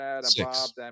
Six